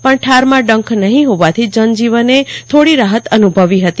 પણ થર માં ડંખ નહિ હોવાથી જન જીવનને થોડી રાહત અનુભવી હતી